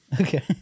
okay